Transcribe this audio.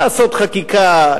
לעשות חקיקה,